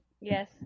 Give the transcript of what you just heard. Yes